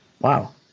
Wow